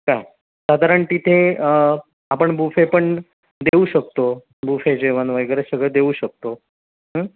काय साधारण तिथे आपण बुफे पण देऊ शकतो बुफे जेवण वगैरे सगळं देऊ शकतो